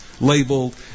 Labeled